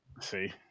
see